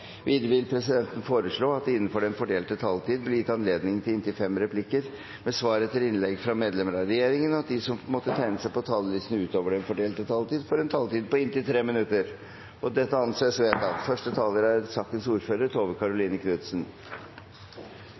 Videre vil presidenten foreslå at det – innenfor den fordelte taletid – blir gitt anledning til replikkordskifte på inntil fem replikker med svar etter innlegg fra medlemmer av regjeringen, og at de som måtte tegne seg på talerlisten utover den fordelte taletid, får en taletid på inntil 3 minutter. – Det anses vedtatt.